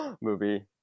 Movie